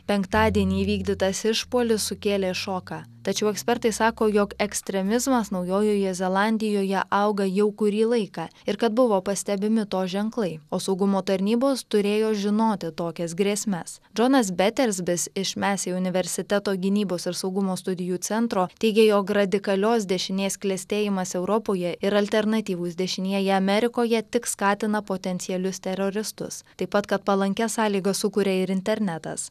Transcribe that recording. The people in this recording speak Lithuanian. penktadienį įvykdytas išpuolis sukėlė šoką tačiau ekspertai sako jog ekstremizmas naujojoje zelandijoje auga jau kurį laiką ir kad buvo pastebimi to ženklai o saugumo tarnybos turėjo žinoti tokias grėsmes džonas betersbis iš mes universiteto gynybos ir saugumo studijų centro teigė jog radikalios dešinės klestėjimas europoje ir alternatyvūs dešinieji amerikoje tik skatina potencialius teroristus taip pat kad palankias sąlygas sukuria ir internetas